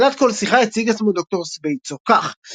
בתחילת כל שיחה הציג עצמו ד"ר סבייטסו כך שלום,